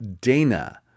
Dana